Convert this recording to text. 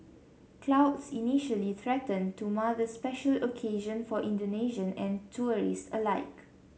clouds initially threatened to mar the special occasion for Indonesians and tourists alike